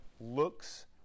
looks